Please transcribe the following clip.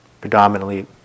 Predominantly